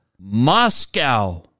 Moscow